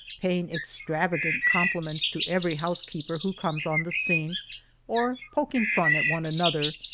paying extravagant compliments to every housekeeper who comes on the scene or pok ing fun at one another,